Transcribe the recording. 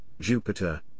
Jupiter